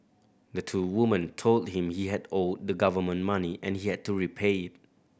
the two woman told him he had owed the government money and he had to repay it